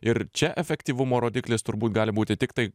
ir čia efektyvumo rodiklis turbūt gali būti tiktai